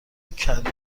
کدو